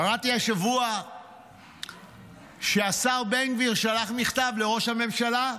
קראתי השבוע שהשר בן גביר שלח מכתב לראש הממשלה,